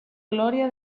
gloria